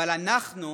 אבל אנחנו,